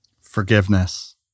Forgiveness